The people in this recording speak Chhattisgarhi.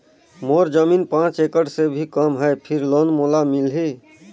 मोर जमीन पांच एकड़ से भी कम है फिर लोन मोला मिलही?